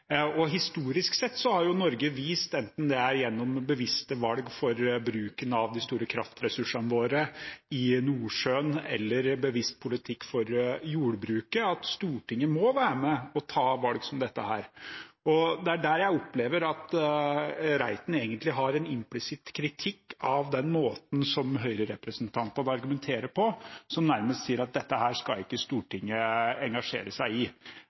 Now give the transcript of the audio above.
og SV. Det er bra. Historisk sett har Norge vist – enten det er gjennom bevisste valg for bruken av de store kraftressursene våre i Nordsjøen eller bevisst politikk for jordbruket – at Stortinget må være med på å ta valg som dette. Det er der jeg opplever at Reiten egentlig har en implisitt kritikk av den måten Høyre-representantene argumenterer på, som nærmest sier at dette skal ikke Stortinget engasjere seg i.